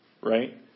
Right